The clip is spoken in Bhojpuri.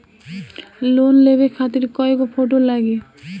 लोन लेवे खातिर कै गो फोटो लागी?